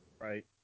Right